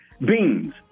Beans